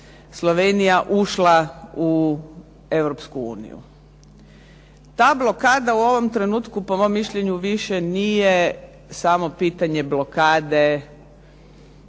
ušla u Europsku uniju. Ta blokada u ovom trenutku po mom mišljenju više nije samo pitanje blokade